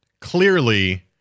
clearly